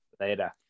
Later